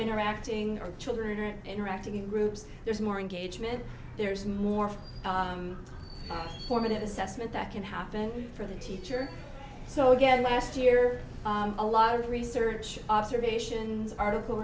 interacting or children are interacting in groups there's more engagement there's more formative assessment that can happen for the teacher so again last year a lot of research observations article